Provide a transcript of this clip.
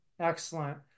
Excellent